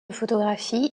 photographie